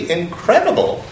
incredible